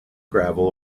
gravel